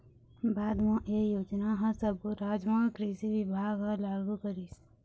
बाद म ए योजना ह सब्बो राज म कृषि बिभाग ह लागू करिस